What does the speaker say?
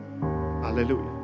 Hallelujah